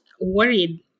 worried